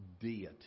deity